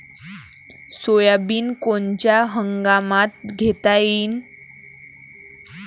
Soybean कोनच्या हंगामात घेता येईन?